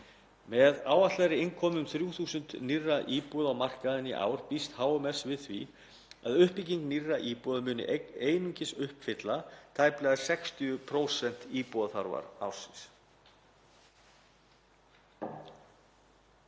Með áætlaðri innkomu um 3.000 nýrra íbúða á markaði í ár býst HMS því við að uppbygging nýrra íbúða muni einungis uppfylla tæplega 60% íbúðaþarfar ársins.